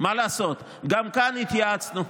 מה לעשות, גם כאן התייעצנו.